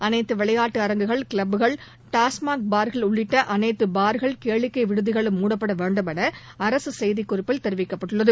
அனைத்து விளையாட்டு அரங்குகள் கிளப் கள் டாஸ்மாக் பார்கள் உள்ளிட்ட அனைத்து பார்கள் கேளிக்கை விடுதிகளும் மூடப்பட வேண்டும் என அரசு செய்திக்குறிப்பில் தெரிவிக்கப்பட்டுள்ளது